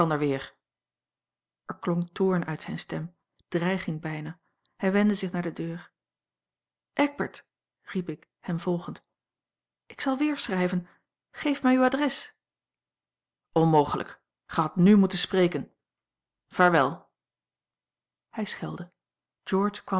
weer er klonk toorn uit zijne stem dreiging bijna hij wendde zich naar de deur eckbert riep ik hem volgend ik zal weer schrijven geef mij uw adres onmogelijk gij hadt n moeten spreken vaarwel hij schelde